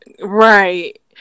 right